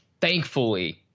thankfully